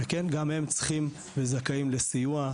כן גם הם צריכים וזכאים לסיוע,